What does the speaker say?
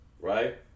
right